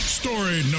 Story